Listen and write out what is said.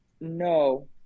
No